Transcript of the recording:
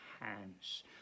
hands